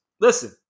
Listen